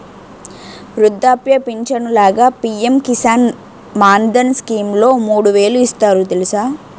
వృద్ధాప్య పించను లాగా పి.ఎం కిసాన్ మాన్ధన్ స్కీంలో మూడు వేలు ఇస్తారు తెలుసా?